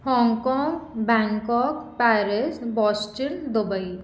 हॉगकॉग Bangkok Paris बोस्चिल Dubai